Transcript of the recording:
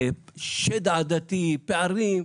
שד עדתי, פערים.